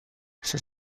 ses